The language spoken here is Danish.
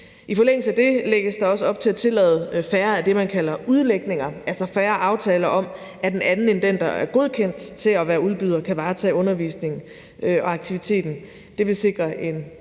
I forlængelse af det lægges der også op til at tillade færre af det, man kalder udlægninger, altså færre aftaler om, at en anden end den, der er godkendt til at være udbyder, kan varetage undervisningen og aktiviteten. Det vil sikre en